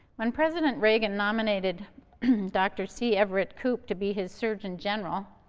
when president reagan nominated dr. c. everett koop to be his surgeon general,